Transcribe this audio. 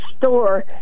Store